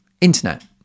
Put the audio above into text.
Internet